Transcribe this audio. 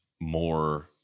more